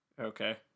Okay